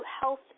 health